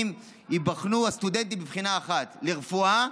ייבחנו הסטודנטים בבחינה אחת ברפואה".